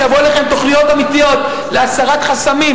שיבוא אליך עם תוכניות אמיתיות להסרת חסמים.